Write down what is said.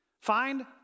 Find